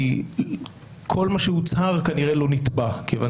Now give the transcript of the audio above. כי כל מה שהוצהר כנראה לא נתבע כיוון